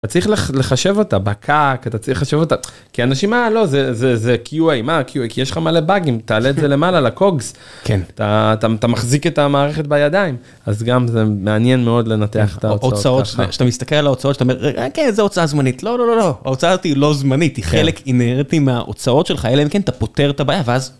אתה צריך לחשב אותה בקק, אתה צריך לחשב אותה כי אנשים, מה לא, זה QI. מה ה-QI? כי יש לך מלא באגים. תעלה את זה למעלה לקוגס, אתה מחזיק את המערכת בידיים, אז גם זה מעניין מאוד לנתח את ההוצאות שלך. אותך אותך. כשאתה מסתכל על ההוצאות, אתה אומר, כן, זה הוצאה זמנית. לא, לא, לא, לא, ההוצאה היא לא זמנית, היא חלק, היא נהרת עם ההוצאות שלך, אלה כן, אתה פותר את הבעיה ואז.